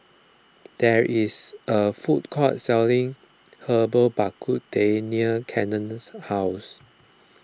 there is a food court selling Herbal Bak Ku Teh Cannon's house